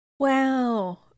Wow